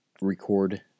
record